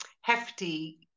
hefty